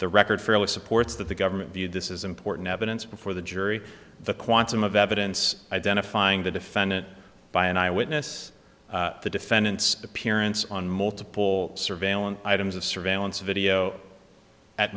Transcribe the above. the record fairly supports that the government view this is important evidence before the jury the quantum of evidence identifying the defendant by an eyewitness the defendant's appearance on multiple surveillance items of surveillance video at